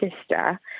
sister